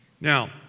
Now